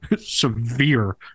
severe